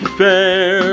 fair